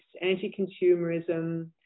anti-consumerism